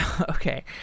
Okay